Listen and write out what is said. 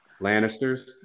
Lannisters